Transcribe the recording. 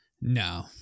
No